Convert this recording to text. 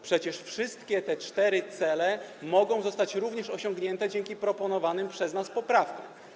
Przecież wszystkie te cztery cele mogą zostać również osiągnięte dzięki proponowanym przez nas poprawkom.